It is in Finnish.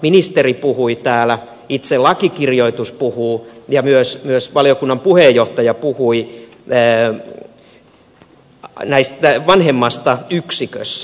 ministeri puhui täällä itse lakikirjoitus puhuu ja myös valiokunnan puheenjohtaja puhui vanhemmasta yksikössä